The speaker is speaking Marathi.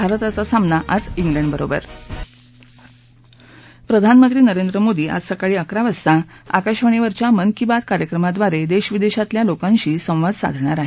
भारताचा सामना आज प्रधानमंत्री नरेंद्र मोदी आज सकाळी अकरा वाजता आकाशवाणीवरच्या मन की बात कार्यक्रमाद्वारे देश विदेशातल्या लोकांशी संवाद साधणार आहेत